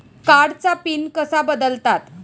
कार्डचा पिन कसा बदलतात?